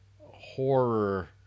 horror